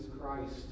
Christ